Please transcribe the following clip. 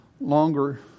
longer